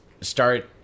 start